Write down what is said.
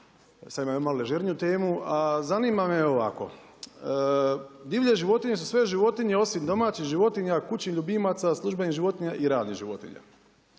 Sada imamo malo ležerniju temu. A zanima me ovako. Divlje životinje su sve životinje osim domaćih životinja, kućnih ljubimaca, službenih životinja i radnih životinja.